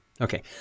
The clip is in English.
Okay